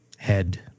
Head